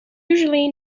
usually